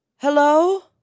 Hello